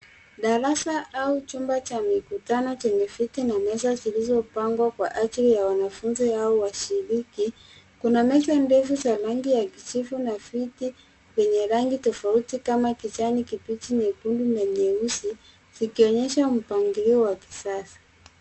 Darasa au chumba cha mikutano chenye viti na meza zilizopangwa kwa ajili ya wanafunzi au washiriki. Kuna meza ndefu za rangi ya kijivu na viti vyenye rangi tofauti kama kijani kibichi, nyekundu na nyeusi, zikionyesha mpangilio wa kisasa.